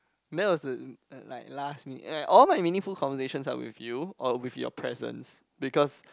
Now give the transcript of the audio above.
that was the uh like last minute and all my meaningful conversations are with you or with your presence because